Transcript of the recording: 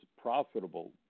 profitable